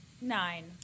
nine